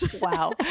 Wow